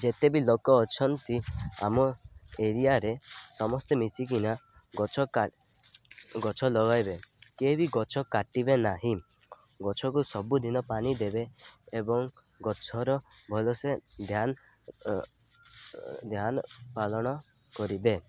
ଯେତେ ବି ଲୋକ ଅଛନ୍ତି ଆମ ଏରିଆରେ ସମସ୍ତେ ମିଶିକିନା ଗଛ କା ଗଛ ଲଗାଇବେ କେ ବି ଗଛ କାଟିବେ ନାହିଁ ଗଛକୁ ସବୁଦିନ ପାଣି ଦେବେ ଏବଂ ଗଛର ଭଲସେ ଧ୍ୟାନ ଧ୍ୟାନ ପାଳନ କରିବେ